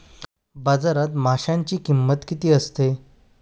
बाजारात माशांची किंमत किती असते?